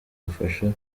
bufasha